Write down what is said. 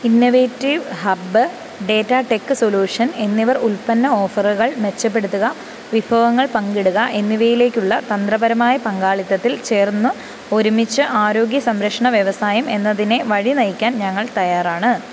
innovate Hub DataTech Solution എന്നിവർ ഉൽപ്പന്ന ഓഫറുകൾ മെച്ചപ്പെടുത്തുക വിഭവങ്ങൾ പങ്കിടുക എന്നിവയിലേക്കുള്ള തന്ത്രപരമായ പങ്കാളിത്തത്തിൽ ചേർന്നു ഒരുമിച്ച് ആരോഗ്യ സംരക്ഷണ വ്യവസായം എന്നതിനെ വഴി നയിക്കാൻ ഞങ്ങൾ തയ്യാറാണ്